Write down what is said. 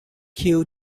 cue